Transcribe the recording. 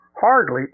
hardly